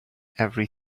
every